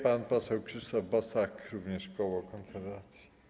Pan poseł Krzysztof Bosak, również koło Konfederacji.